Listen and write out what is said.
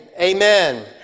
Amen